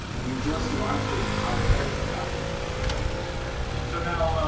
and we just launched it outside of a password protected site yesterday. so now,